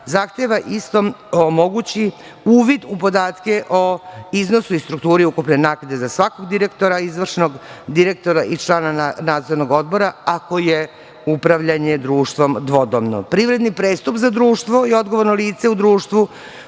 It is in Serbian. zahteva istom omogući uvid u podatke o iznosu i strukturi ukupne naknade za svakog direktora izvršnog, direktora i člana Nadzornog odbora, ako je upravljanje društvom dvodomno. Privredni prestup za društvo i odgovorno lice u društvu